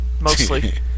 mostly